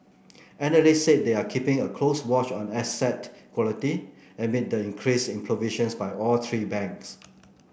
analysts said they are keeping a close watch on asset quality amid the increase in provisions by all three banks